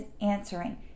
answering